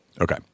Okay